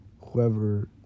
whoever